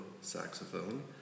saxophone